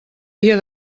dia